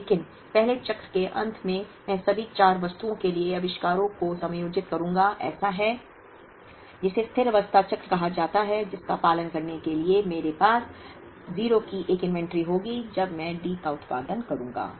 लेकिन पहले चक्र के अंत में मैं सभी चार वस्तुओं के लिए आविष्कारों को समायोजित करूंगा ऐसा है जिसे स्थिर अवस्था चक्र कहा जाता है जिसका पालन करने के लिए मेरे पास 0 की एक सूची होगी जब मैं D का उत्पादन करूंगा